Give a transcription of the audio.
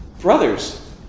Brothers